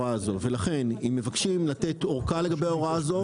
ולכן אם מבקשים לתת אורכה לגבי ההוראה הזאת,